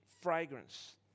fragrance